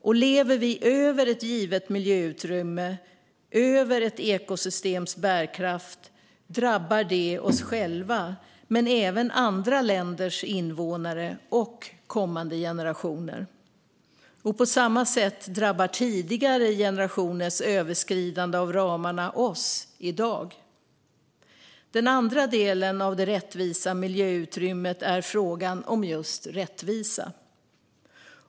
Om vi lever över ett givet miljöutrymme och över ett ekosystems bärkraft drabbar det oss själva men även andra länders invånare och kommande generationer. På samma sätt drabbar tidigare generationers överskridande av ramarna oss i dag. Den andra delen av det rättvisa miljöutrymmet är frågan om rättvisa.